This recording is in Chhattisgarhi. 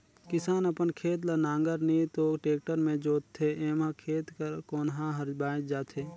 किसान अपन खेत ल नांगर नी तो टेक्टर मे जोतथे एम्हा खेत कर कोनहा हर बाएच जाथे